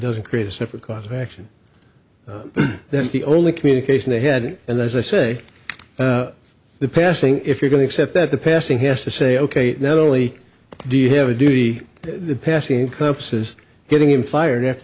doesn't create a separate cause of action that's the only communication ahead and as i say the passing if you're going to accept that the passing has to say ok not only do you have a duty to passim cops is getting him fired after